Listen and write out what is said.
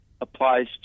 applies